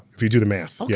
if you do the math, yeah